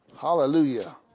Hallelujah